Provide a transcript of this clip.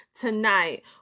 tonight